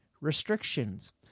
restrictions